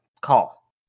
call